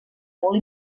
molt